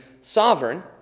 sovereign